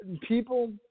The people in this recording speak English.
people